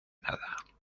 nada